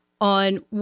On